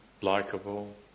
Likeable